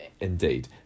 indeed